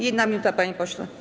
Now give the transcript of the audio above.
1 minuta, panie pośle.